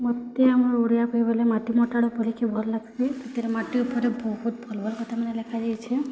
ମୋତେ ଆମର୍ ଓଡ଼ିଆ ବହି ବୋଲେ ମାଟି ମଟାଳ ପଢ଼ିକି ଭଲ୍ ଲାଗ୍ସି ସେଥିରେ ମାଟି ଉପରେ ବହୁତ୍ ଭଲ୍ ଭଲ୍ କଥା ମାନେ ଲେଖାଯାଇଛେଁ